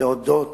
להודות